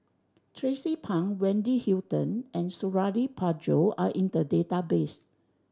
Tracie Pang Wendy Hutton and Suradi Parjo are in the database